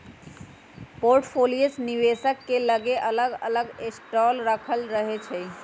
portfolio निवेशक के लगे अलग अलग स्टॉक राखल रहै छइ